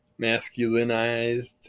masculinized